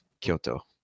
Kyoto